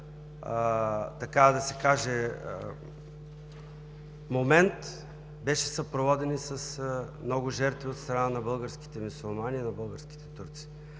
момент беше съпроводен и с много жертви от страна на българските мюсюлмани и на българските турци.